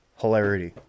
hilarity